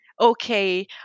Okay